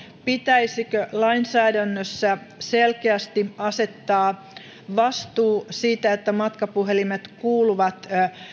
pitäisikö lainsäädännössä selkeästi asettaa vastuu siitä että matkapuhelimet kuuluvat